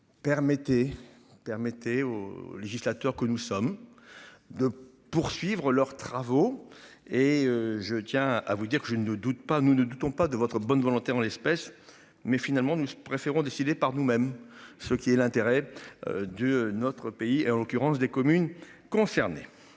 Permettez au législateur que nous sommes. De poursuivre leurs travaux et je tiens à vous dire que je ne doute pas, nous ne doutons pas de votre bonne volonté, en l'espèce mais finalement nous préférons décider par nous-mêmes ce qui est l'intérêt. De notre pays et en l'occurrence des communes concernées.